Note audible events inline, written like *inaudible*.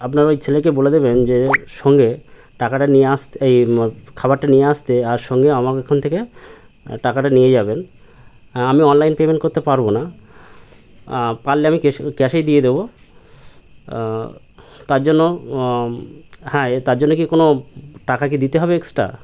আপনার ওই ছেলেকে বলে দেবেন যে সঙ্গে টাকাটা নিয়ে আসতে এই খাবারটা নিয়ে আসতে আর সঙ্গে আমার এখান থেকে টাকাটা নিয়ে যাবেন আমি অনলাইন পেমেন্ট করতে পারব না পারলে আমি *unintelligible* ক্যাশেই দিয়ে দেব তার জন্য হ্যাঁ তার জন্য কি কোনো টাকা কি দিতে হবে এক্সট্রা